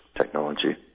technology